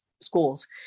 Schools